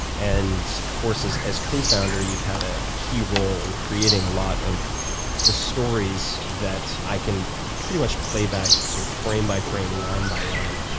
and of course, as as cofounder, you've had ah a key role in creating a lot of the stories that i can pretty much play back sort of frame by frame, line by line.